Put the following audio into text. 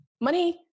money